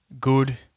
good